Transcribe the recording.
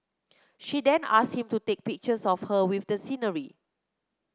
she then asked him to take pictures of her with the scenery